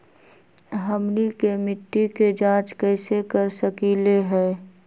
हमनी के मिट्टी के जाँच कैसे कर सकीले है?